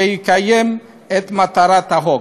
שיקיים את מטרת החוק.